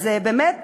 אז באמת,